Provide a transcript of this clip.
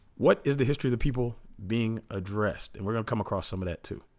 what is the history of the people being addressed and we're gonna come across some of that too